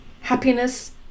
Happiness